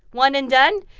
one and done?